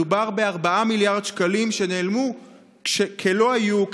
מדובר ב-4 מיליארד שקלים שנעלמו כלא היו,